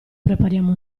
prepariamo